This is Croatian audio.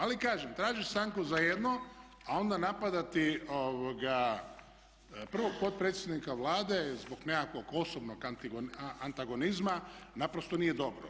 Ali kažem, tražiti stanku za jedno a onda napadati prvog potpredsjednika Vlade zbog nekakvog osobnog antagonizma naprosto nije dobro.